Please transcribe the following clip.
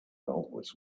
always